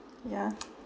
yeah